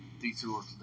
detour